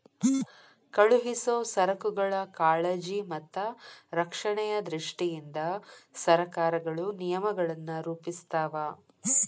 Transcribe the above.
ಕಳುಹಿಸೊ ಸರಕುಗಳ ಕಾಳಜಿ ಮತ್ತ ರಕ್ಷಣೆಯ ದೃಷ್ಟಿಯಿಂದ ಸರಕಾರಗಳು ನಿಯಮಗಳನ್ನ ರೂಪಿಸ್ತಾವ